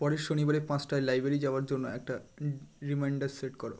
পরের শনিবারে পাঁচটায় লাইব্রেরি যাওয়ার জন্য একটা রিমাইন্ডার সেট করো